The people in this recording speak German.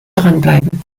dranbleiben